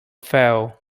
fell